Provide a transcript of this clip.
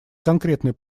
конкретный